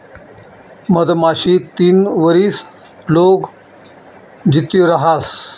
मधमाशी तीन वरीस लोग जित्ती रहास